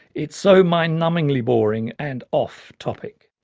it's so mind-numbingly boring and off topic.